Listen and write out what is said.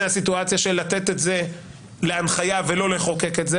הסיטואציה של לתת את זה להנחיה ולא לחוקק את זה,